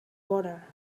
water